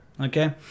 Okay